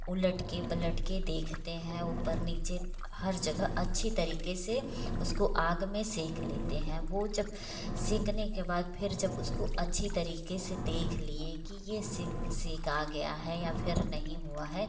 उलट कर पलट कर देखते हैं ऊपर नीचे हर जगह अच्छी तरीके से उसको आग में सेंक लेते हैं वो जब सेंकने के बाद फिर जब उसको अच्छी तरीके से देखलिए कि ये सिक सेंका गया है या फिर नहीं हुआ है